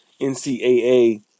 NCAA